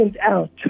out